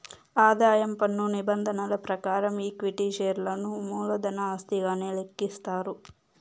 ఆదాయం పన్ను నిబంధనల ప్రకారం ఈక్విటీ షేర్లను మూలధన ఆస్తిగానే లెక్కిస్తారు